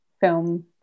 film